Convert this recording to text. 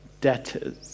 debtors